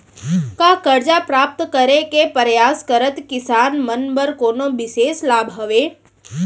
का करजा प्राप्त करे के परयास करत किसान मन बर कोनो बिशेष लाभ हवे?